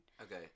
Okay